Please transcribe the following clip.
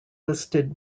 listed